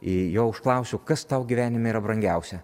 į jo užklausiau kas tau gyvenime yra brangiausia